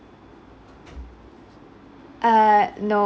err no